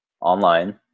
online